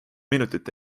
minutit